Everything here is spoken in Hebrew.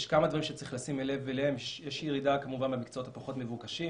יש כמה דברים שצריך לשים לב אליהם: יש ירידה במקצועות הפחות מבוקשים,